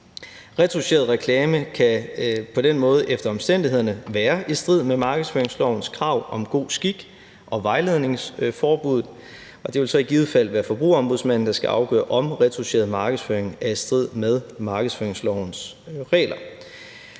Retoucheret reklame kan på den måde efter omstændighederne være i strid med markedsføringslovens krav om god skik og vejledningsforbuddet, og det vil så i givet fald være Forbrugerombudsmanden, der skal afgøre, om retoucheret markedsføring er i strid med markedsføringslovens regler.